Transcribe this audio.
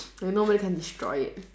then nobody can destroy it